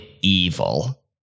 evil